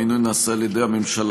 המינוי נעשה על ידי הממשלה,